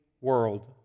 world